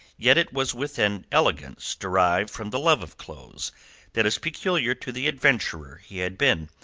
yet it was with an elegance derived from the love of clothes that is peculiar to the adventurer he had been,